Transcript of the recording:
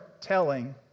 telling